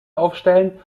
aufstellen